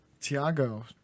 Tiago